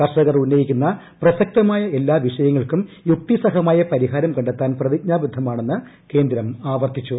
കർഷകർ ഉന്നയിക്കുന്ന പ്രസക്തമായ എല്ലാ വിഷയങ്ങൾക്കും യുക്തിസഹമായ പരിഹാരം കണ്ടെത്താൻ പ്രതിജ്ഞാബദ്ധമാണെന്ന് കേന്ദ്രം ആവർത്തിച്ചു